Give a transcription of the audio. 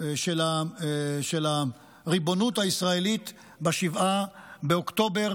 של הריבונות הישראלית ב-7 באוקטובר